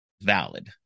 valid